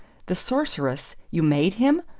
the sorceress? you made him?